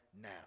now